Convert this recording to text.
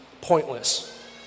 pointless